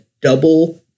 double